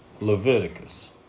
Leviticus